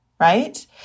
right